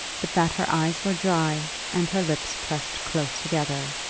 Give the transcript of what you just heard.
but that her eyes were dry and her lips pressed close together.